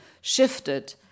shifted